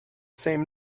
same